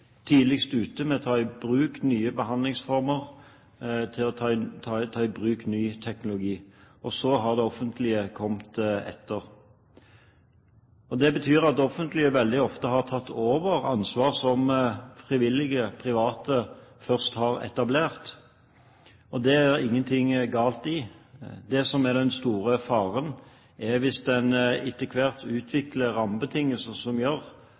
tidligst ute med å ta i bruk nye behandlingsformer og ta i bruk ny teknologi. Og så har det offentlige kommet etter. Det betyr at det offentlige veldig ofte har tatt over ansvar som frivillige private først har etablert. Det er det ingenting galt i. Det som er den store faren, er hvis en etter hvert utvikler rammebetingelser som gjør